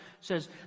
says